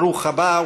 ברוך הבא.